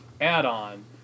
add-on